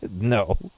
No